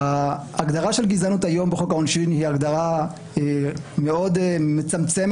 ההגדרה של גזענות היום בחוק העונשין היא הגדרה מאוד מצמצמת,